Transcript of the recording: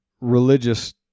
religious